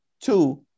Two